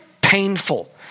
painful